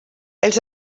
els